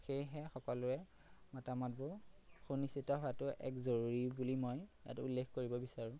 সেয়েহে সকলোৱে মতামতো সুনিশ্চিত হোৱাটো এক জৰুৰী বুলি মই ইয়াত উল্লেখ কৰিব বিচাৰোঁ